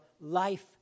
life